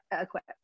equipped